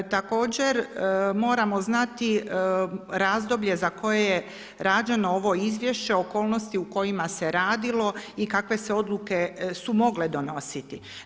Također, moramo znati razdoblje za koje je rađeno ovo izvješće, okolnosti u kojima se radilo i kakve se odluke su mogle donositi.